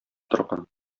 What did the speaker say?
торган